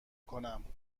کنم